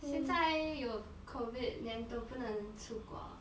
现在有 covid then 都不能出国